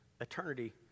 eternity